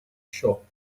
shop